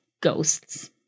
ghosts